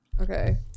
Okay